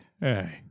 Hey